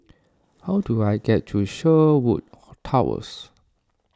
how do I get to Sherwood Towers